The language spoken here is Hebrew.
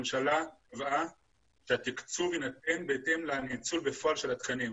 צריך לתת לממשלה --- שהתקצוב יינתן בהתאם לניצול בפועל של התקנים.